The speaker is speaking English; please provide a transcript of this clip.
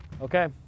okay